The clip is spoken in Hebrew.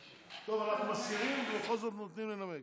טוב, אנחנו מסירים ובכל זאת נותנים לנמק.